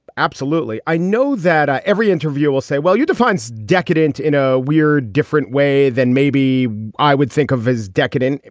absolutely. i know that every interview will say, well, you defines decadent in a weird different way than maybe i would think of as decadent.